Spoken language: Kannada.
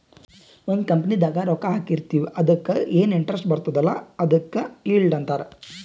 ಒಂದ್ ಕಂಪನಿದಾಗ್ ರೊಕ್ಕಾ ಹಾಕಿರ್ತಿವ್ ಅದುಕ್ಕ ಎನ್ ಇಂಟ್ರೆಸ್ಟ್ ಬರ್ತುದ್ ಅಲ್ಲಾ ಅದುಕ್ ಈಲ್ಡ್ ಅಂತಾರ್